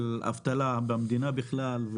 על אבטלה במדינה בכלל,